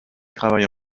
travaille